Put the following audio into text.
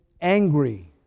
angry